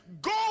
Go